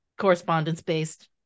correspondence-based